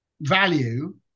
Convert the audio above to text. value